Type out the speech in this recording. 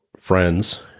friends